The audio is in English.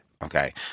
Okay